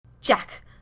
jack